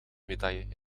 medaille